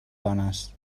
dones